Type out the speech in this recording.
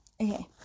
Okay